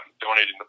donating